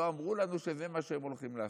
לא אמרו לנו שזה מה שהולכים לעשות.